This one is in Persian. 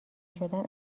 شدن